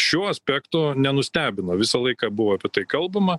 šiuo aspektu nenustebino visą laiką buvo apie tai kalbama